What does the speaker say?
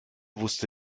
wusste